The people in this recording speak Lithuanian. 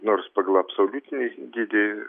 nors pagal absoliutinį dydį